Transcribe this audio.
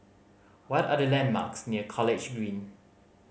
what are the landmarks near College Green